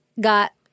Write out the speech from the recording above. got